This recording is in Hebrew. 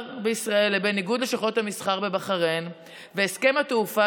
בישראל לבין איגוד לשכות המסחר בבחריין והסכם התעופה,